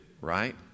right